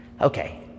Okay